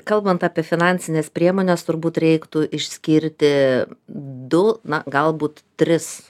kalbant apie finansines priemones turbūt reiktų išskirti du na galbūt tris